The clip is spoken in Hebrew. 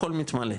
הכול מתמלא,